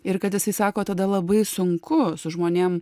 ir kad jisai sako tada labai sunku su žmonėm